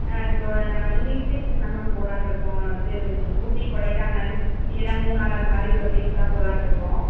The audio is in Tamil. இப்போ நான் வந்து ஹில்ஸ்டேஷன் தான் மேம் போகலான்ருக்கோம் இது ஊட்டி கொடைக்கானல் இல்லைன்னா மூணார் அந்த மாதிரி உள்ள ப்ளேஸ் தான் போகலான்ருக்கோம்